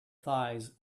thighs